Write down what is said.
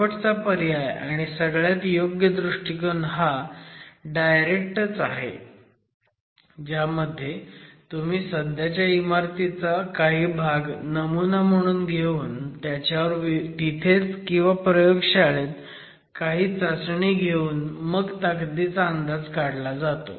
शेवटचा पर्याय आणि सगळ्यात योग्य दृष्टिकोन हा डायरेक्ट च आहे ज्यामध्ये तुम्ही सध्याच्या इमारतीचा काही भाग नमुना म्हणून घेऊन त्याच्यावर तिथेच किंवा प्रयोगशाळेत काही चाचणी घेऊन मग ताकदीचा अंदाज काढला जातो